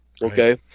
Okay